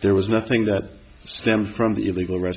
there was nothing that stem from the illegal arrest